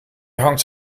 hangt